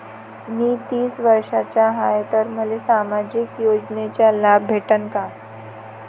मी तीस वर्षाचा हाय तर मले सामाजिक योजनेचा लाभ भेटन का?